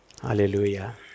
Hallelujah